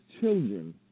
children